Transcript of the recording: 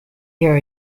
your